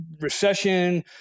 recession